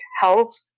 health